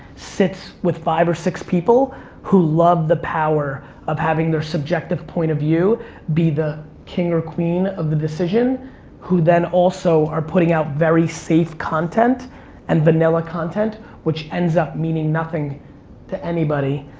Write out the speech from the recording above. sits with five or six people who love the power of having their subjective point of view be the king or queen of the decision who then also are putting out very safe content and vanilla content which ends up meaning nothing to anybody.